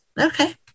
okay